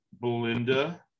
Belinda